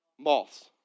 Moths